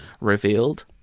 revealed